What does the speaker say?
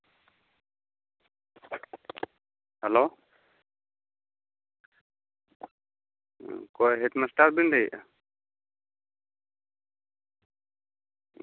hello ᱚᱠᱚᱭ ᱦᱮᱰᱢᱟᱥᱴᱟᱨᱵᱤᱱ ᱞᱟᱹᱭᱮᱜᱼᱟ